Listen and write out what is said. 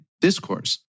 discourse